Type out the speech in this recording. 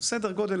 סדר גודל,